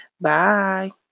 Bye